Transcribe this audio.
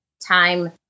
time